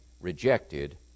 rejected